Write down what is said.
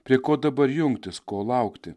prie ko dabar jungtis ko laukti